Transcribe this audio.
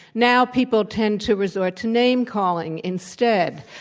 now people tend to resort to name calling instead.